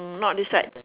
hmm not this side